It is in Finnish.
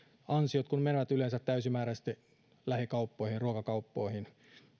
ansiot kun menevät yleensä täysimääräisesti lähikauppoihin ruokakauppoihin